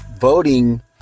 voting